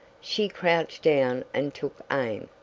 she crouched down and took aim.